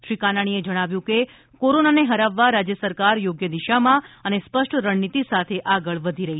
શ્રી કાનાણીએ જણાવ્યું કે કોરોનાને હરાવવા રાજ્ય સરકાર યોગ્ય દિશામાં અને સ્પષ્ટ રણનીતિ સાથે આગળ વધી રહી છે